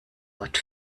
wort